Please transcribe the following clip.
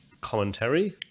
Commentary